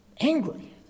angry